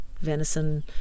venison